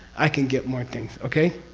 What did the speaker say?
i can get more things. okay?